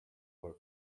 were